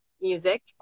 music